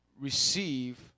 receive